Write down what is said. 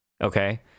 Okay